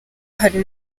hari